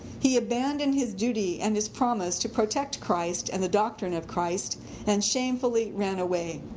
he abandoned his duty and his promise to protect christ and the doctrine of christ and shamefully ran away.